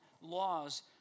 laws